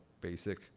basic